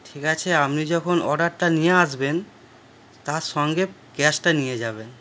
ঠিক আছে আপনি যখন অর্ডারটা নিয়ে আসবেন তার সঙ্গে ক্যাশটা নিয়ে যাবেন